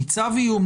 ניצב איום.